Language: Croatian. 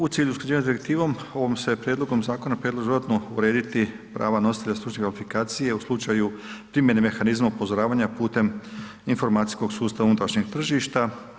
U cilju usklađivanja s direktivom ovom se prijedlogom zakona predlažu dodatno urediti prava nositelja stručnih kvalifikacija u slučaju primjene mehanizma upozoravanja putem informacijskog sustava unutrašnjeg tržišta.